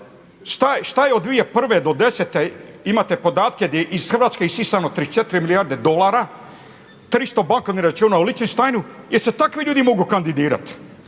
Šta je od 2001. do desete imate podatke gdje je iz Hrvatske isisano 34 milijarde dolara, 300 bankovnih računa u Liechtensteinu. Jel' se takvi ljudi mogu kandidirat?